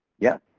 yeah,